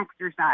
exercise